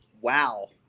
Wow